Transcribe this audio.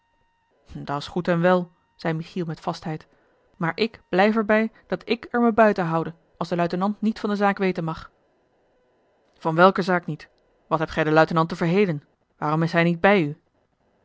omgegaan dat's goed en wel zeî michiel met vastheid maar ik blijf er bij dat ik er mij buiten houde als de luitenant niet van de zaak weten mag a l g bosboom-toussaint de delftsche wonderdokter eel an welke zaak niet wat hebt gij den luitenant te verhelen waarom is hij niet bij u